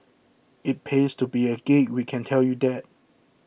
it pays to be a geek we can tell you that